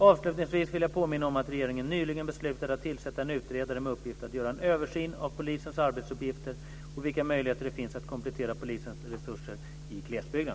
Avslutningsvis vill jag påminna om att regeringen nyligen beslutade att tillsätta en utredare med uppgift att göra en översyn av polisens arbetsuppgifter och vilka möjligheter det finns att komplettera polisens resurser i glesbygden .